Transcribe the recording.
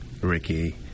Ricky